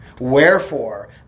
Wherefore